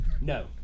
No